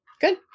Good